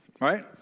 right